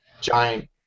giant